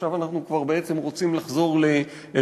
עכשיו אנחנו כבר בעצם רוצים לחזור לאריתריאה,